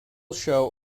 show